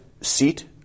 seat